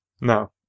No